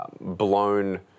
blown